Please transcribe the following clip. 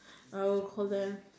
I will call them